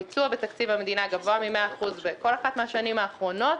הביצוע בתקציב המדינה גבוה מ-100% בכל אחת מהשנים האחרונות.